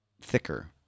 thicker